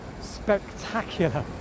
spectacular